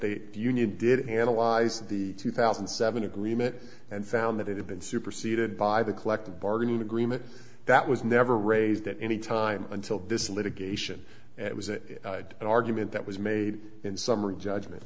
they union did analyze the two thousand and seven agreement and found that it had been superseded by the collective bargaining agreement that was never raised at any time until this litigation it was an argument that was made in summary judgment